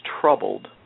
troubled